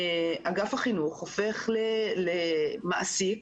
אגף החינוך הופך למעסיק